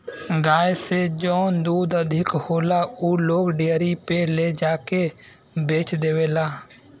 गाय से जौन दूध अधिक होला उ लोग डेयरी पे ले जाके के बेच देवला